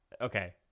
Okay